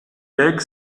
lègue